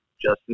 Justin